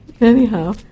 Anyhow